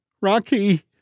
Rocky